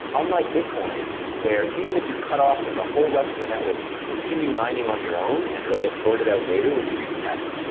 unlike bitcoin where even if you're cut off from the whole rest of the network, you can continue mining on your own and it will get sorted out later when you reconnect.